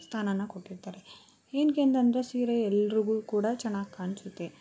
ಸ್ಥಾನಾನ ಕೊಟ್ಟಿರ್ತಾರೆ ಏನ್ಕೆ ಅಂತಂದರೆ ಸೀರೆ ಎಲ್ರಿಗೂ ಕೂಡ ಚೆನ್ನಾಗಿ ಕಾಣಿಸುತ್ತೆ